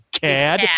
cad